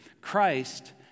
Christ